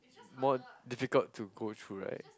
more difficult to go through right